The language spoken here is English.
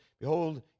Behold